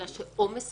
אלא שעומס